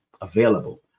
available